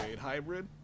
Hybrid